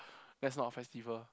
that's not a festival